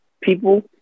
people